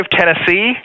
Tennessee